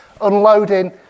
unloading